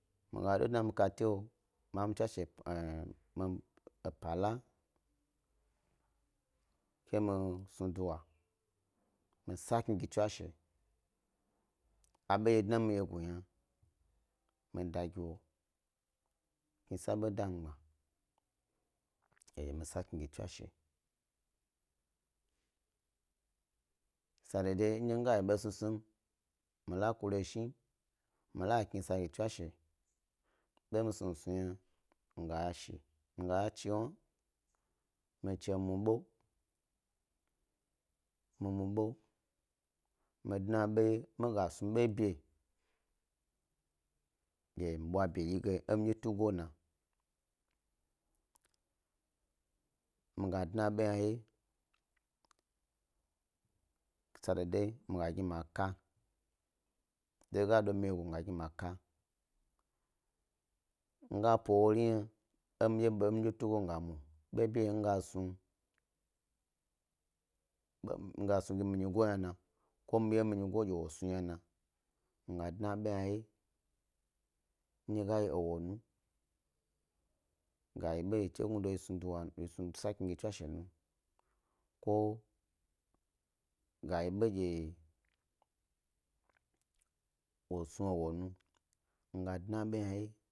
Mi ga ɗo dna mi kate ma tswashe mi ee epa la ke mi snu dawa mi sakni gi tswashe aɓondye dna mi wyegu lo yna mi da gi wo knisa ɓo dami gbma, e mi sakni gi tswashi sa dododo ndye mi ga yi be snusnu yim ndye mi la kureshni, hnila eknisa gi tswashe mi ga yashi, mi ga lo chi wnah, mi chni mi mue ɓo, mi mue ɓo mi dna aɓo wye miga snu aɓo bi, ge mi bwa bedyi ge e midye tugo na mi ga dna aɓo hna wye, sa dododo ndye de ga do mi wyegu mi ga gni ma ka, miga mne ɓo beɓi yi mi gas nu gi mi nyigo ynana ko miye ge minyigo wo snu ynana, miga dna ɓo hna wye, ndye ga yi ewonu, ga yi yi chi gnu do yi snu duwa, yi sakni ti tswash nu ko ga yi be ge wo snu ewo nu mi ga dna ɓo hna wye.